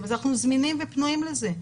אנחנו זמינים ופנויים לזה.